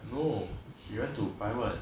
no you went to private